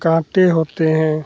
काँटे होते हैं